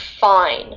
fine